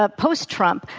ah post-trump,